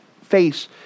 face